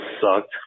sucked